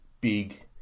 big